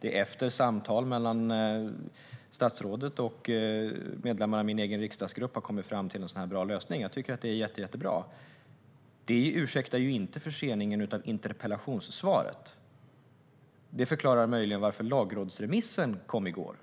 efter samtal mellan statsrådet och medlemmar i min riksdagsgrupp kommit fram till en så här bra lösning. Jag tycker att det är jättebra. Detta ursäktar dock inte förseningen av interpellationssvaret. Det förklarar möjligen varför lagrådsremissen kom i går.